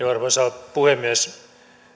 arvoisa puhemies